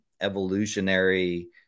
evolutionary